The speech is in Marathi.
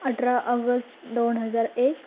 अठरा ऑगस्ट दोन हजार एक